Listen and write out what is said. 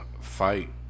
fight